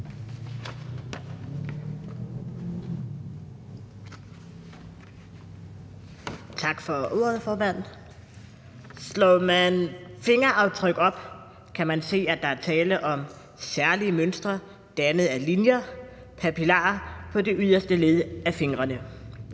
Tak for ordet, formand. Slår man fingeraftryk op, kan man se, at der er tale om særlige mønstre dannet af linjer, papilarer på det yderste led af fingrene.